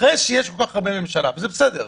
אחרי שיש כל כך הרבה חברי ממשלה, וזה בסדר,